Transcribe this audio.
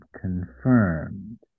confirmed